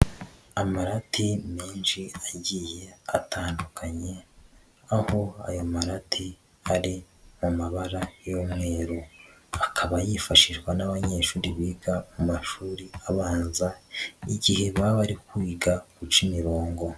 Amarate menshi agiye atandukanye, aho aya marate ari mu mabara y'umweru, akaba yifashishwa n'abanyeshuri biga mu mashuri abanza n'igihe baba bari kwiga guca imirongo.